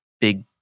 big